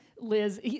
Liz